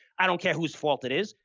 i don't care whose fault it is.